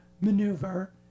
maneuver